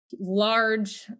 large